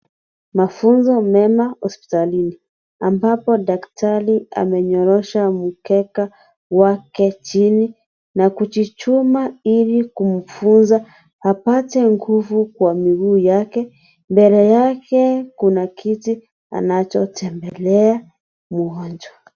Mafunzo mema hospitalini ambapo daktari amenyorosha mkeka wake chini na kuchuchuma ili kumfunza apate nguvu kwa miguu yake. Mbele yake kuna kiti anachotembelea mgonjwa.